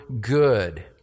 good